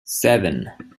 seven